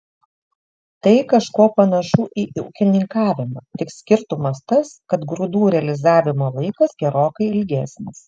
tai kažkuo panašu į ūkininkavimą tik skirtumas tas kad grūdų realizavimo laikas gerokai ilgesnis